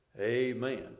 amen